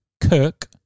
Kirk